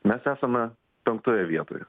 mes esame penktoje vietoje